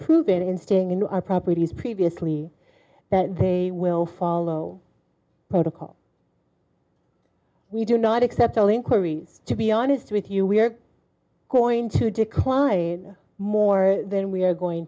proven in staying in our properties previously that they will follow protocol we do not accept all inquiries to be honest with you we're goin to decline more than we are going